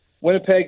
Winnipeg